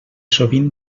sovint